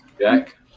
Jack